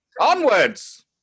Onwards